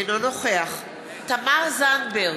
אינו נוכח תמר זנדברג,